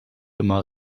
immer